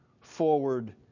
forward